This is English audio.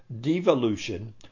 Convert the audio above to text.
devolution